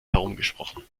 herumgesprochen